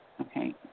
Okay